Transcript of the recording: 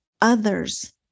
others